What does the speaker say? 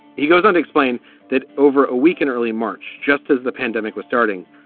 he goes on to explain that over a week in early march, just as the pandemic was starting,